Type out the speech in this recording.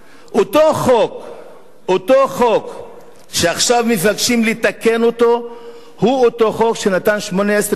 אותו חוק שעכשיו מבקשים לתקן הוא אותו חוק שנתן 18 שנה